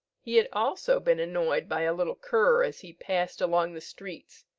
he had also been annoyed by a little cur as he passed along the streets,